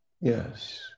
yes